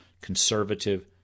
conservative